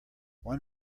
one